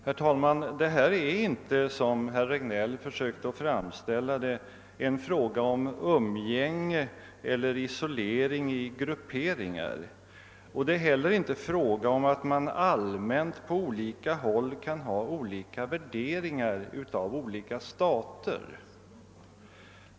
Herr talman! Detta är inte, som herr Regnéll försökte framställa det, en fråga om umgänge eller isolering i grupperingar. Det är heler inte fråga om att man på olika håll kan ha skilda värderingar av olika stater.